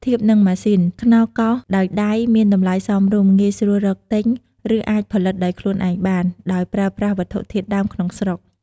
ធៀបនឹងម៉ាស៊ីន ខ្នោសកោសដោយដៃមានតម្លៃសមរម្យ ងាយស្រួលរកទិញ ឬអាចផលិតដោយខ្លួនឯងបាន ដោយប្រើប្រាស់វត្ថុធាតុដើមក្នុងស្រុក។